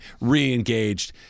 re-engaged